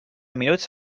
minuts